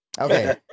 Okay